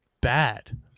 bad